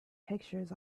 pictures